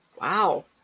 Wow